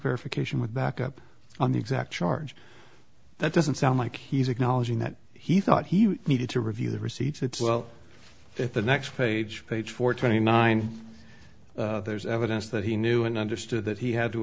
verification with back up on the exact charge that doesn't sound like he's acknowledging that he thought he needed to review the receipts it's well if the next page page for twenty nine there's evidence that he knew and understood that he had to